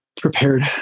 prepared